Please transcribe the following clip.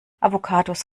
avocados